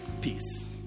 Peace